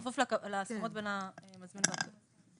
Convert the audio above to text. כפוף להסכמות בין המזמין והקבלן.